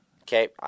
Okay